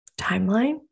timeline